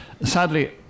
Sadly